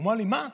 ואמר לי: מה,